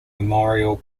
memorial